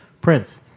Prince